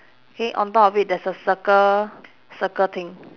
K on top of it there's a circle circle thing